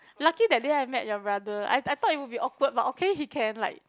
lucky that day I met your brother I I thought it would be awkward but okay he can like